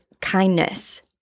kindness